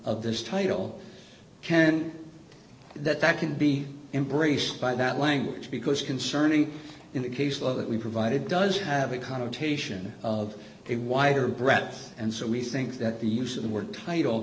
of this title can that that can be embraced by that language because concerning in the case law that we provided does have a connotation of a wider brett and so we think that the use of the word title